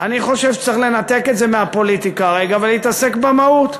אני חושב שצריך לנתק את זה מהפוליטיקה ולהתעסק במהות.